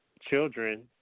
children